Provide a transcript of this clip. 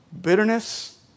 Bitterness